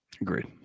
Agreed